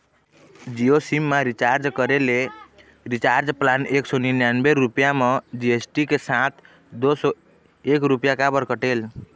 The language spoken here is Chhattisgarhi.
जियो सिम मा रिचार्ज करे ले रिचार्ज प्लान एक सौ निन्यानबे रुपए मा जी.एस.टी के साथ दो सौ एक रुपया काबर कटेल?